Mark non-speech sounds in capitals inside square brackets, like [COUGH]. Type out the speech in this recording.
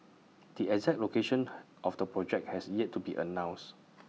the exact location [HESITATION] of the project has yet to be announced